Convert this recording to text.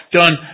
done